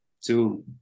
two